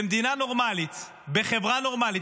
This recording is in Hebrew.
במדינה נורמלית, בחברה נורמלית,